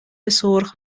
سرخ